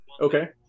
Okay